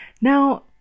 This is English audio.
Now